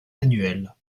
annuels